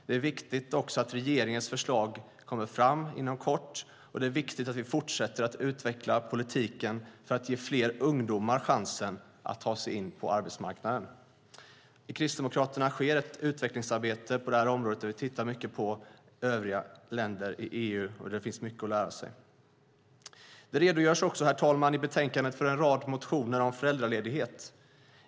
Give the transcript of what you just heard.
Det är viktigt att regeringens förslag kommer fram inom kort. Det är också viktigt att vi fortsätter att utveckla politiken för att ge fler ungdomar chansen att ta sig in på arbetsmarknaden. I Kristdemokraterna sker ett utvecklingsarbete på det här området. Vi tittar mycket på övriga länder i EU, och det finns mycket att lära sig. I betänkandet redogörs för en rad motioner om föräldraledighet.